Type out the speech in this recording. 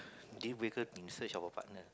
deal breaker in search of a partner